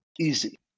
easy